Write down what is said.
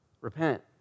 repent